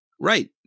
Right